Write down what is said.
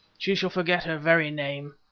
she shall forget her very name.